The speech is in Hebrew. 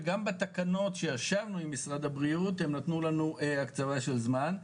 וגם בתקנות שישבנו עם משרד הבריאות הם נתנו לנו הקצבה של זמן.